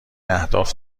اهداف